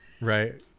right